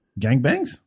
Gangbangs